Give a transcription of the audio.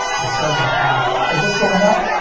the subject aks, is this going up?